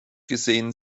gesehen